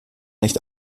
nicht